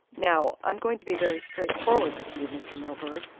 now, i'm going to be very straightforward with you, mr. milburgh.